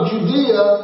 Judea